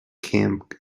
camp